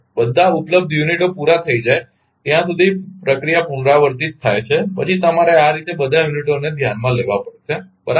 બધા ઉપલબ્ધ યુનિટો પૂરા થઈ જાય ત્યાં સુધી પ્રક્રિયા પુનરાવર્તિત થાય છે પછી તમારે આ રીતે બધા યુનિટોને ધ્યાનમાં લેવા પડશે બરાબર